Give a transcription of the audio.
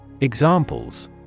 Examples